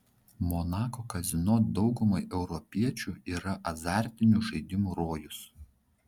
monako kazino daugumai europiečių yra azartinių žaidimų rojus